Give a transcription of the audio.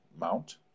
mount